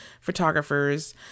photographers